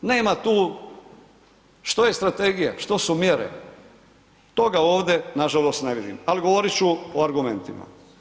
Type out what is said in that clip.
Nema tu što je strategija, što su mjere, toga ovde nažalost ne vidimo, ali odgovorit ću o argumentima.